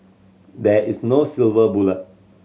there is no silver bullet